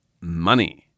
Money